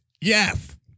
Yes